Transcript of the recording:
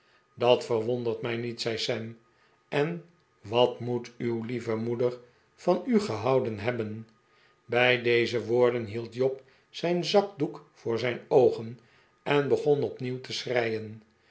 dat verwondert mij niet zei sam en wat moet uw lieve moeder van u gehouden hebben bij deze woorden hield job zijn zakdoek voor zijn oogen en begon opnieuw te schreien